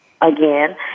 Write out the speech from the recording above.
again